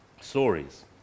stories